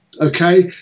okay